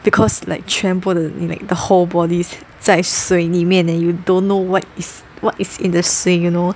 because like 全部的 like the whole body 在水里面 leh you don't know what is what is in the 水 you know